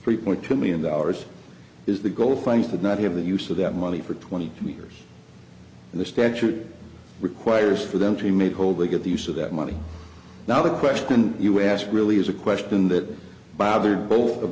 three point two million dollars is the goal face would not have the use of that money for twenty years in the statute requires for them to be made whole they get the use of that money now the question you ask really is a question that bothered both of